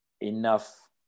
enough